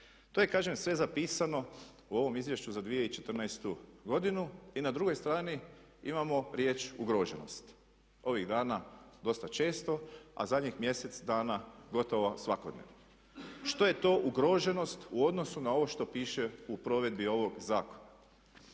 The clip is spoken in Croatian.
To je kažem sve zapisano u ovom izvješću za 2014. godinu. I na drugoj strani imamo riječ "ugroženost". Ovih dana dosta često a zadnjih mjesec dana gotovo svakodnevno. Što je to ugroženost u odnosu na ovo što piše u provedbi ovog zakona?